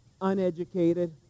Uneducated